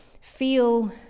feel